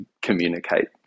communicate